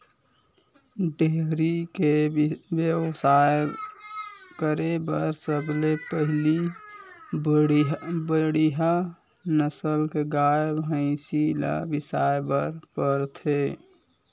dairy के बेवसाय करे बर सबले पहिली बड़िहा नसल के गाय, भइसी ल बिसाए बर परथे